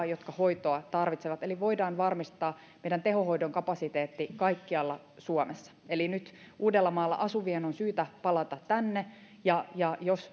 jotka hoitoa tarvitsevat eli voidaan varmistaa meidän tehohoidon kapasiteetti kaikkialla suomessa eli nyt uudellamaalla asuvien on syytä palata tänne ja ja jos